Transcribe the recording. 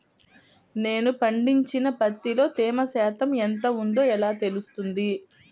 నేను పండించిన పత్తిలో తేమ శాతం ఎంత ఉందో ఎలా తెలుస్తుంది?